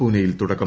പൂനെയിൽ തുടക്കം